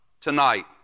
tonight